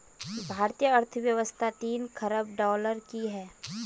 भारतीय अर्थव्यवस्था तीन ख़रब डॉलर की है